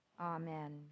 Amen